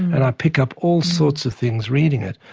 and i pick up all sorts of things reading it,